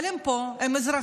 אבל הם פה, הם אזרחים,